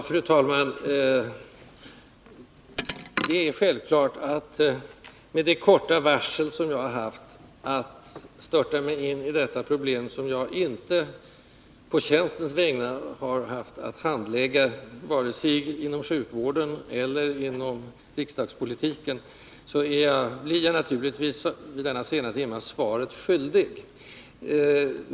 Fru talman! Det är självklart att med det korta varsel som jag haft att störta mig in i detta problem — som jag inte på tjänstens vägnar haft att handlägga vare sig inom sjukvården eller inom riksdagspolitiken — blir jag i denna sena timme svaret skyldig.